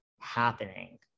happening